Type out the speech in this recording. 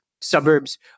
Suburbs